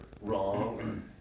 wrong